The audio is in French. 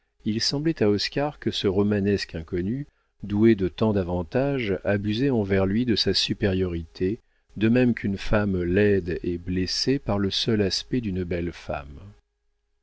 il semblait à oscar que ce romanesque inconnu doué de tant d'avantages abusait envers lui de sa supériorité de même qu'une femme laide est blessée par le seul aspect d'une belle femme